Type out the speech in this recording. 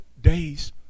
days